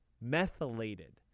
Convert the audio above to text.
methylated